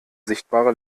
sichtbare